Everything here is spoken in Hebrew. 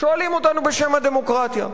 שואלים אותנו בשם הדמוקרטיה,